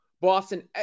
Boston